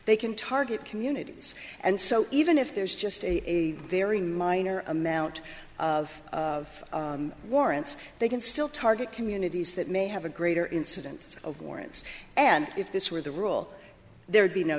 they can target communities and so even if there's just a very minor amount of warrants they can still target communities that may have a greater incidence of warrants and if this were the rule there'd be no